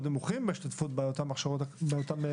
ההשתתפות באותן הכשרות מקצועיות נמוכים מאוד.